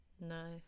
No